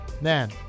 man